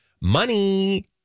money